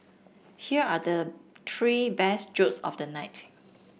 here are the three best jokes of the night